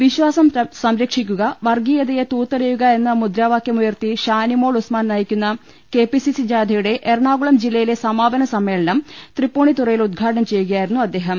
വിശ്ചാസം സംര ക്ഷിക്കുക വർഗ്ഗീയതയെ തൂത്തെറിയുക എന്ന മുദ്രാവാക്യമു യർത്തി ഷാനിമോൾ ഉസ്മാൻ നയിക്കുന്ന കെ പി സി സി ജാഥ യുടെ എറണാകുളം ജില്ലയിലെ സമാപന സമ്മേളനം തൃപ്പൂണി ത്തുറയിൽ ഉദ്ഘാടനം ചെയ്യുകയായിരുന്നു അദ്ദേഹം